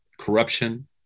corruption